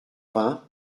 vingt